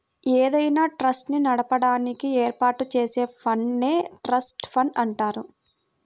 ఏదైనా ట్రస్ట్ ని నడిపించడానికి ఏర్పాటు చేసే ఫండ్ నే ట్రస్ట్ ఫండ్ అంటారు